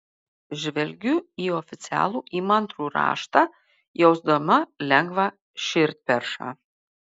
žvelgiu į oficialų įmantrų raštą jausdama lengvą širdperšą